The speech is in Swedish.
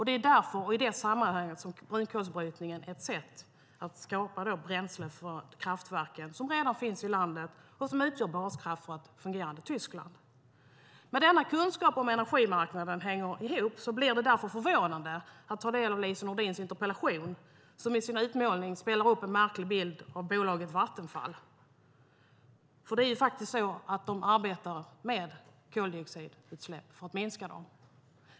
Det är därför och i det sammanhanget som brunkolsbrytningen är ett sätt att skapa bränsle från de kraftverk som redan finns i landet och som utgör baskraft för ett fungerande Tyskland. Med denna kunskap om hur energimarknaden hänger ihop blir det därför förvånande att ta del av Lise Nordins interpellation, som målar upp en märklig bild av bolaget Vattenfall. Det är ju faktiskt så att de arbetar för att minska koldioxidutsläppen.